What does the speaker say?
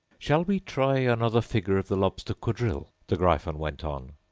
shall we try another figure of the lobster quadrille the gryphon went on.